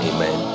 Amen